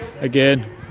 again